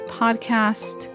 podcast